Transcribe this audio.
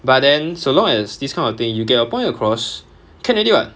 but then so long as these kind of thing you get your point across can already [what]